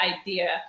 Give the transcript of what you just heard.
idea